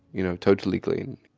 you know, totally clean.